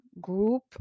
group